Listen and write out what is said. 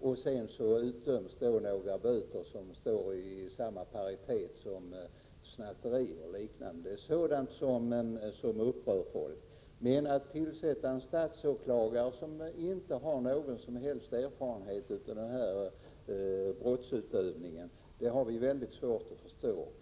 men att de böter som utdöms nästan står i paritet med dem som utdöms för snatteri och liknande. Det är sådant som upprör folk. Vi har emellertid svårt att förstå varför man skall tillsätta en statsåklagare som inte har någon som helst erfarenhet av denna typ av brottmål.